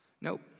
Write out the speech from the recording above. nope